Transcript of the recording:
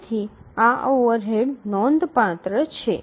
તેથી આ ઓવરહેડ નોંધપાત્ર છે